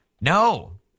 No